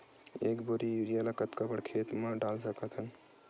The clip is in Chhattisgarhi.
एक बोरी यूरिया ल कतका बड़ा खेत म डाल सकत हन?